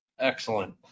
Excellent